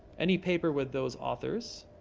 any paper with those authors.